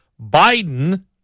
Biden